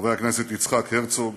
חבר הכנסת יצחק הרצוג,